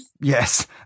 Yes